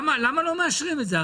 למה לא מאשרים את זה?